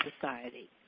society